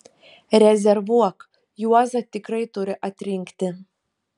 rezervuok juozą tikrai turi atrinkti